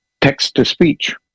text-to-speech